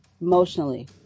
emotionally